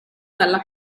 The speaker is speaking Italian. nella